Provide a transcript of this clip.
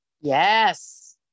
Yes